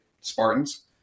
Spartans